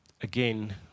Again